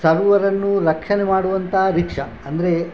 ಸರ್ವರನ್ನೂ ರಕ್ಷಣೆ ಮಾಡುವಂಥ ರಿಕ್ಷಾ ಅಂದರೆ